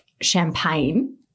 champagne